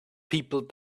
people